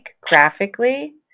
graphically